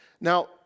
Now